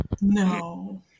No